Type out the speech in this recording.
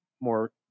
more